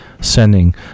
sending